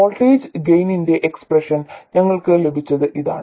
voltage ഗെയിനിന്റെ expression ഞങ്ങൾക്ക് ലഭിച്ചത് ഇതാണ്